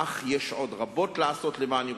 אך יש עוד רבות לעשות למען ירושלים.